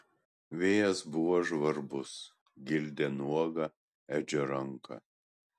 vėjas buvo žvarbus gildė nuogą edžio ranką